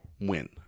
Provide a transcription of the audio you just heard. win